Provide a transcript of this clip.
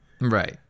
Right